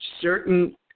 certain